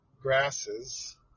grasses